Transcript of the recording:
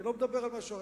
אני לא מדבר על משהו אחר,